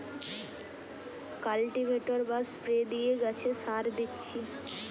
cultivator বা spray দিয়ে গাছে সার দিচ্ছি